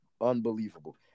Unbelievable